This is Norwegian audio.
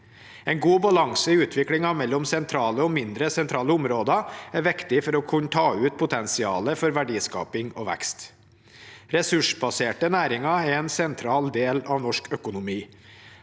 En god balanse i utviklingen mellom sentrale og mindre sentrale områder er viktig for å kunne ta ut potensialet for verdiskaping og vekst. Ressursbaserte næringer er en sentral del av norsk økonomi.